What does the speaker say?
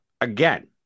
again